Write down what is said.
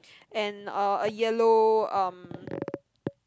and uh a yellow um